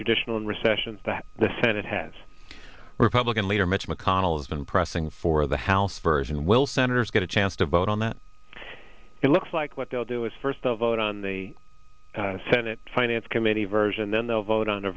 traditional in recessions that the senate has republican leader mitch mcconnell has been pressing for the house version will senators get a chance to vote on that it looks like what they'll do is first of all it on the senate finance committee version then they'll vote on a